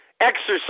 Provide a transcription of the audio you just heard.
exercise